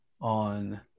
on